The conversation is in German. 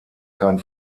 kein